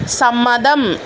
സമ്മതം